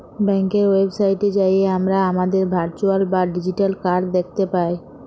ব্যাংকের ওয়েবসাইটে যাঁয়ে আমরা আমাদের ভারচুয়াল বা ডিজিটাল কাড় দ্যাখতে পায়